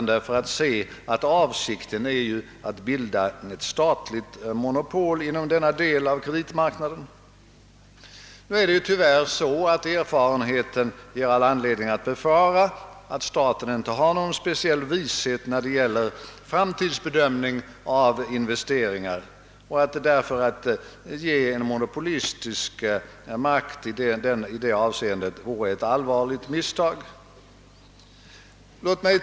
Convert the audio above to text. Därför gäller det att öka den totala kapitaltillgången och bekämpa inflationen — det är de två grundläggande faktorerna för anställningstryggheten. Det gäller också att främja inte bara den tekniska utan också den ekonomisk-organisatoriska och marknadsanalytiska forskningen.